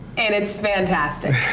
and it's fantastic.